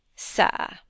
Sir